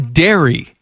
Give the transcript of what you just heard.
dairy